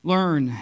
Learn